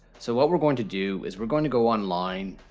so, what we're going to do is we're going to go online,